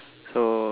so